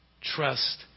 Trust